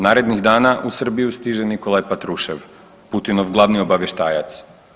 Narednih dana u Srbiju stiže Nikolaj Patrušev, Putinov glavni obavještajac.